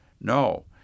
No